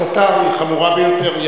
הסתה חמורה ביותר.